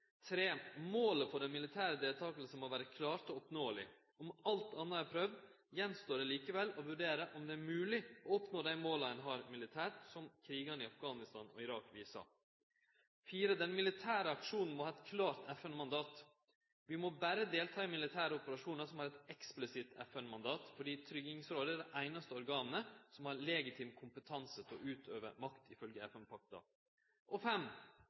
Målet for den militære deltakinga må vere klart og oppnåeleg. Om alt anna er prøvd, gjenstår det likevel å vurdere om det er mogeleg å oppnå dei måla ein har militært, som krigane i Afghanistan og Irak viser. Den militære aksjonen må ha eit klart FN-mandat. Vi må berre delta i militære operasjonar som har eit eksplisitt FN-mandat, fordi Tryggingsrådet er det einaste organet som har legitim kompetanse til å utøve makt,